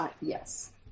Yes